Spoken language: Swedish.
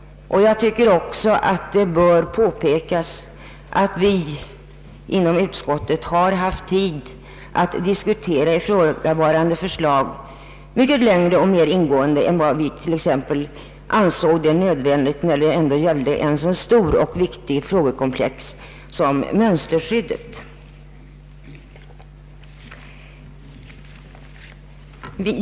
Jag anser också att det bör påpekas att vi inom utskottet har haft tid att diskutera ifrågavarande förslag mycket mer ingående än vad vi exempelvis ansåg nödvändigt när det gällde ett så stort och viktigt frågekomplex som mönsterskyddet.